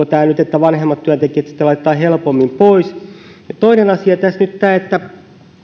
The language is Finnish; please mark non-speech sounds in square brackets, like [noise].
[unintelligible] tämä nyt sitä että vanhemmat työntekijät sitten laitetaan helpommin pois toinen asia tässä nyt on tämä että